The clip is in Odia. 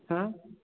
ହଁ